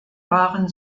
waren